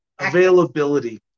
availability